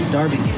Darby